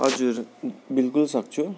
हजुर बिल्कुल सक्छु